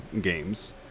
games